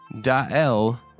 Dael